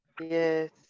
Yes